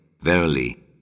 verily